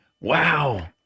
Wow